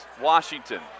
Washington